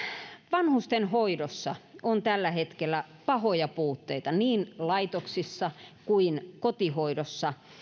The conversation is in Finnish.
vanhustenhoidossa on tällä hetkellä pahoja puutteita niin laitoksissa kuin kotihoidossa